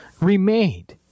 remained